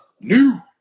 new